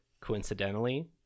Coincidentally